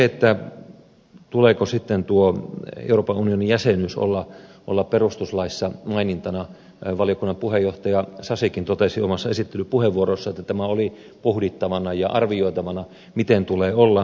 siitä tuleeko sitten euroopan unionin jäsenyyden olla perustuslaissa mainintana valiokunnan puheenjohtaja sasikin totesi omassa esittelypuheenvuorossaan että tämä oli pohdittavana ja arvioitavana miten tulee olla